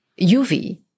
UV